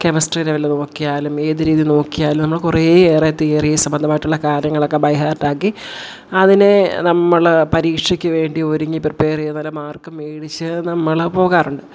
chemistry ലെവലിൽ നോക്കിയാലും ഏതു രീതിയിലും നോക്കിയാലും നമ്മൾ കുറേ ഏറെ തിയറി സംബന്ധമായിട്ടുള്ള കാര്യങ്ങളൊക്കെ ബൈ ഹാർട്ടാക്കി അതിനേ നമ്മൾ പരീക്ഷക്കു വേണ്ടി ഒരുങ്ങി പ്രിപ്പെയർ ചെയ്ത് നല്ല മാർക്ക് മേടിച്ചു നമ്മൾ പോകാറുണ്ട്